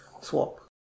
swap